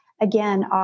again